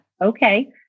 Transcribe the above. okay